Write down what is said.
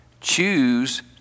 choose